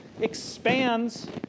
expands